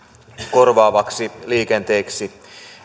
korvaavaksi liikenteeksi